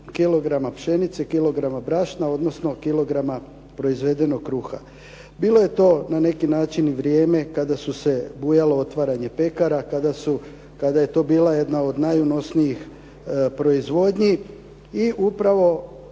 kilograma pšenice, kilograma brašna, odnosno kilograma proizvedenog kruha. Bilo je to na neki način i vrijeme kada je bujalo otvaranje pekara, kada je to bila jedna od najunosnijih proizvodnji i upravo